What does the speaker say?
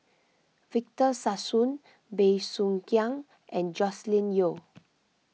Victor Sassoon Bey Soo Khiang and Joscelin Yeo